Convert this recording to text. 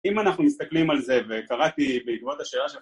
אם אנחנו מסתכלים על זה וקראתי בעקבות השאלה שלכם...